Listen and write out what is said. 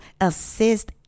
assist